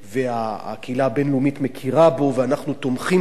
והקהילה הבין-לאומית מכירה בו, ואנחנו תומכים בזה.